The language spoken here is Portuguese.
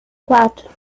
quatro